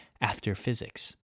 after-physics